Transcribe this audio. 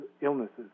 illnesses